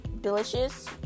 delicious